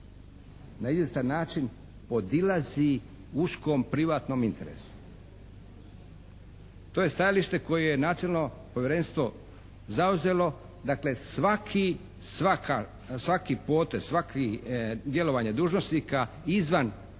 na izvjestan način podilazi uskom privatnom interesu. To je stajalište koje je nacionalno povjerenstvo zauzelo. Dakle, svaki potez, svako djelovanje dužnosnika izvan općeg